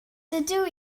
dydw